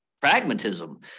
pragmatism